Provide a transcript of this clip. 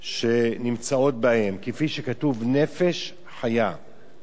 שנמצאות בהם, כפי שכתוב: "נפש חיה".